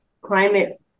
climate